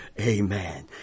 Amen